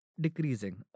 decreasing